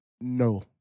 No